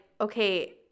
okay